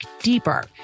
deeper